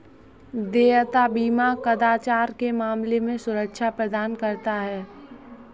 देयता बीमा कदाचार के मामले में सुरक्षा प्रदान करता है